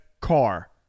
car